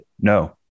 no